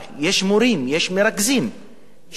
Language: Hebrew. יש מרכזים שהם מאוד זועמים,